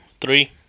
three